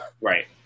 Right